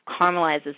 caramelizes